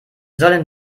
sollen